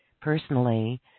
personally